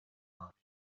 mark